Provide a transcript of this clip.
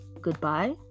Goodbye